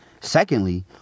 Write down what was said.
Secondly